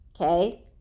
Okay